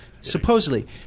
supposedly